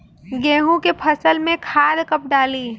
गेहूं के फसल में खाद कब डाली?